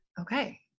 Okay